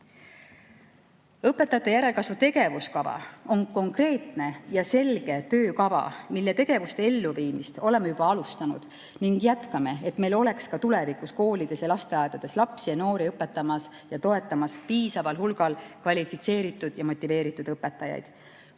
Õpetajate järelkasvu tegevuskava on konkreetne ja selge töökava, mille tegevuste elluviimist oleme juba alustanud ning jätkame, et meil oleks ka tulevikus koolides ja lasteaedades lapsi ja noori õpetamas ja toetamas piisaval hulgal kvalifitseeritud ja motiveeritud õpetajaid.